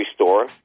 store